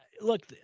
look